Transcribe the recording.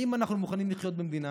האם אנחנו מוכנים לחיות היום במדינה